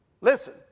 Listen